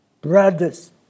brothers